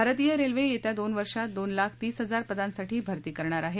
भारतीय रेल्वे येत्या दोन वर्षांत दोन लाख तीस हजार पदांसाठी भर्ती करणार आहे